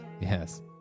yes